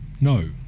No